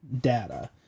Data